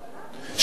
שניתן עוד